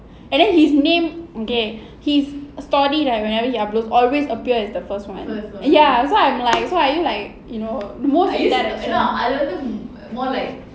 and then his name okay his story right whenever he uploads always appears as the first [one] ya so I'm like so are you like you know most